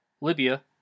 Libya